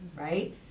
right